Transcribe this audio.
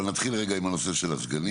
אבל נתחיל רגע עם הנושא של הסגנים.